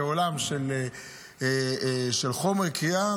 כעולם של חומר קריאה,